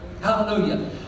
Hallelujah